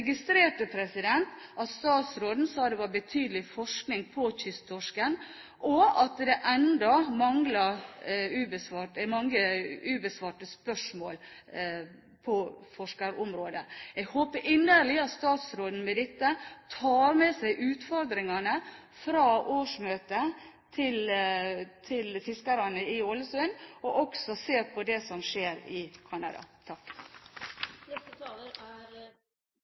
at statsråden sa det var betydelig forskning på kysttorsken, og at det ennå er mange ubesvarte spørsmål på forskningsområdet. Jeg håper inderlig at statsråden med dette tar med seg utfordringene fra årsmøtet til fiskerne i Ålesund, og også ser på det som skjer i Canada. Det er